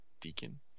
Deacon